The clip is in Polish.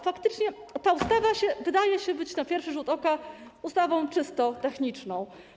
Faktycznie ta ustawa wydaje się być na pierwszy rzut oka ustawą czysto techniczną.